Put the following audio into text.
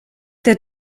der